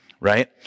Right